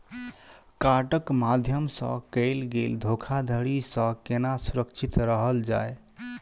कार्डक माध्यम सँ कैल गेल धोखाधड़ी सँ केना सुरक्षित रहल जाए?